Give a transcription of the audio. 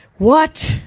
what,